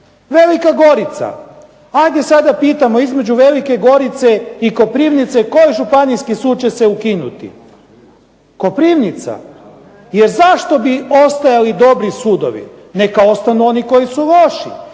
Velika Gorica. Ajde sad da pitamo između Velike Gorice i Koprivnice koji županijski sud će se ukinuti? Koprivnica! Jer zašto bi ostajali dobri sudovi. Neka ostanu oni koji su loši.